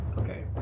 Okay